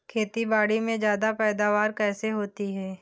खेतीबाड़ी में ज्यादा पैदावार कैसे होती है?